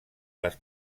les